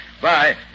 Bye